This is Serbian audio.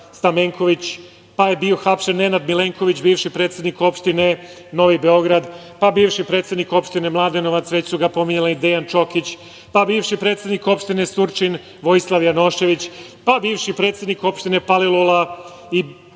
Stamenković, pa je bio hapšen Nenad Milenković, bivši predsednik Opštine Novi Beograd, pa bivši predsednik Opštine Mladenovac, već su ga pominjali Dejan Čokić, pa bivši predsednik Opštine Surčin Vojislav Janošević, pa bivši predsednik Opštine Palilula i